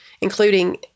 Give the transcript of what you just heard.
including